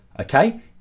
okay